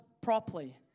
properly